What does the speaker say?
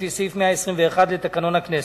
לפי סעיף 121 לתקנון הכנסת.